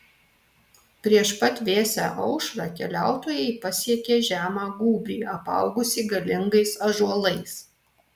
prieš pat vėsią aušrą keliautojai pasiekė žemą gūbrį apaugusį galingais ąžuolais